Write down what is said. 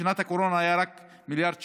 בשנת הקורונה היה רק מיליארד שקל,